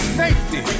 safety